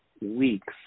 weeks